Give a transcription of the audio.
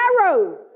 Narrow